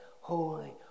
holy